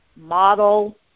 model